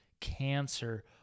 cancer